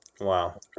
Wow